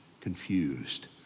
confused